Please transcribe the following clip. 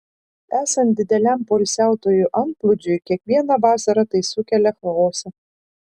esant dideliam poilsiautojų antplūdžiui kiekvieną vasarą tai sukelia chaosą